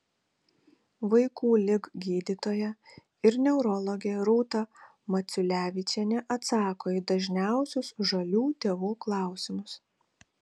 vaikų lig gydytoja ir neurologė rūta maciulevičienė atsako į dažniausius žalių tėvų klausimus